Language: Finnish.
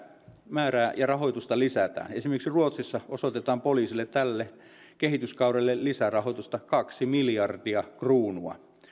määrää ja rahoitusta lisätään esimerkiksi ruotsissa osoitetaan poliisille tälle kehyskaudelle lisärahoitusta kaksi miljardia kruunua